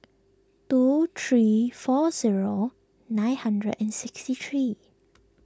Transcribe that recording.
two three four zero nine hundred and sixty three